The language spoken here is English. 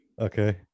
okay